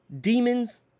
demons